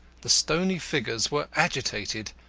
the stony figures were agitated.